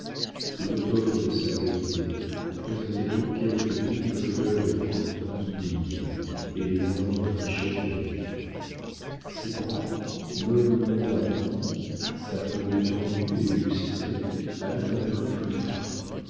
l'automne de sa beauté présentait donc quelques vives fleurs de printemps oubliées et les ardentes richesses de l'été ses bras noblement arrondis sa peau tendue et lustrée avaient un grain plus fin